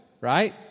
right